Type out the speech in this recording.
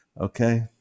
Okay